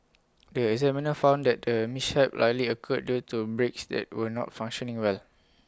the examiner found that the mishap likely occurred due to brakes that were not functioning well